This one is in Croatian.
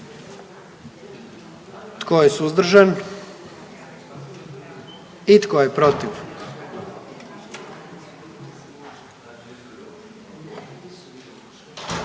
Tko je suzdržan? I tko je protiv?